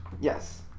Yes